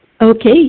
Okay